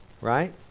right